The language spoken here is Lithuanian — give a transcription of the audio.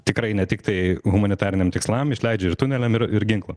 tikrai ne tiktai humanitariniam tikslam išleidžia ir tuneliam ir ir ginklam